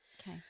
Okay